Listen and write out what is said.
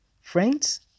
Friends